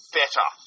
better